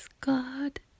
God